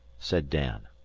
said dan.